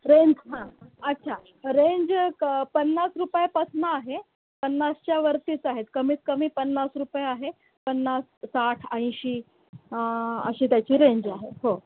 range हां अच्छा range क पन्नास रुपयेपासून आहे पन्नासच्या वरतीच आहेत कमीत कमी पन्नास रुपये आहे पन्नास साठ ऐंशी अशी त्याची रेंज आहे हो